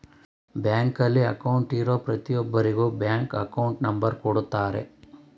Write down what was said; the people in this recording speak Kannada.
ಬ್ಯಾಂಕಲ್ಲಿ ಅಕೌಂಟ್ಗೆ ಇರೋ ಪ್ರತಿಯೊಬ್ಬರಿಗೂ ಬ್ಯಾಂಕ್ ಅಕೌಂಟ್ ನಂಬರ್ ಕೊಡುತ್ತಾರೆ